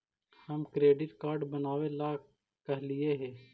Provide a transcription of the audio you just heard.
हम credit card बनावे ला कहलिऐ हे?